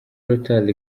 rotary